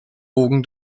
bogen